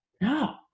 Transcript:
No